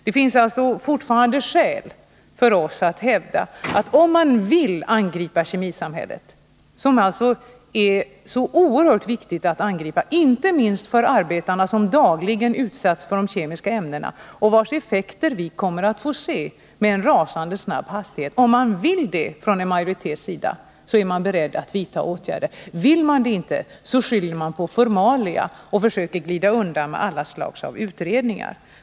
Det finns alltså fortfarande skäl för oss att hävda att om man vill angripa kemisamhället, som det är så oerhört viktigt att angripa inte minst för arbetarna som dagligen utsätts för de kemiska ämnena, vars effekter vi kommer att få se med en rasande snabb hastighet, så är man beredd att vidta åtgärder. Vill man det inte, så skyller man på formalia och försöker glida undan med alla slags utredningar.